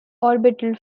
orbital